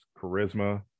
charisma